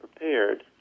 prepared